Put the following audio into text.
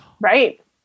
right